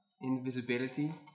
invisibility